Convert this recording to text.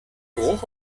geruch